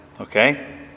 Okay